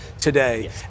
today